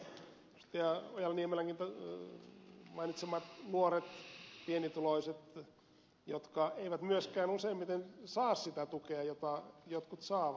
ojala niemelänkin mainitsemat nuoret pienituloiset jotka eivät myöskään useimmiten saa sitä tukea jota jotkut saavat